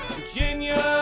Virginia